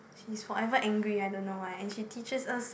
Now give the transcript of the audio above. she's forever angry I don't know why and she teaches us